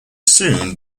soon